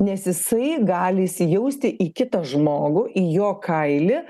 nes jisai gali įsijausti į kitą žmogų į jo kailį